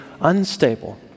unstable